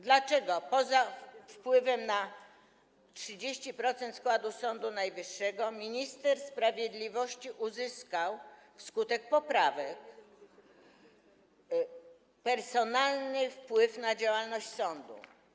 Dlaczego poza wpływem na 30% składu Sądu Najwyższego minister sprawiedliwości uzyskał wskutek poprawek personalny wpływ na działalność sądu?